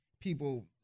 people